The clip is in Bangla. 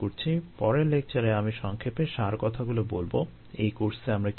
পরের লেকচারে আমি সংক্ষেপে সারকথাগুলো বলবো এই কোর্সে আমরা কী কী করেছি